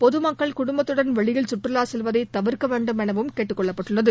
பொதுமக்கள் குடும்பத்தடன் வெளியில் சுற்றுலா செல்வதை தவிர்க்க வேண்டும் என கேட்டுக்கொள்ளப்பட்டுள்ளது